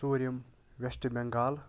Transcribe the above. ژوٗرِم ویٚسٹہٕ بیٚنگال